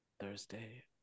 Thursday